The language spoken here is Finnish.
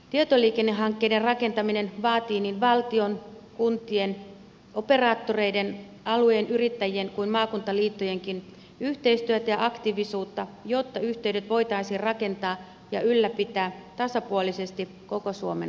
tietoliikennehankkeiden rakentaminen vaatii niin valtion kuntien operaattoreiden alueen yrittäjien kuin maakuntaliittojenkin yhteistyötä ja aktiivisuutta jotta yhteydet voitaisiin rakentaa ja ylläpitää tasapuolisesti koko suomi